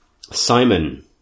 Simon